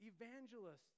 evangelists